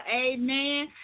Amen